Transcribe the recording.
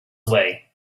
away